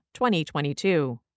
2022